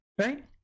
right